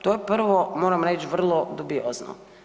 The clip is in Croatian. To je prvo moram reći vrlo dubiozno.